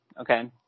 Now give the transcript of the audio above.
okay